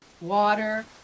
water